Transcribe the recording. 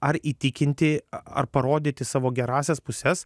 ar įtikinti ar parodyti savo gerąsias puses